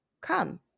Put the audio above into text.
come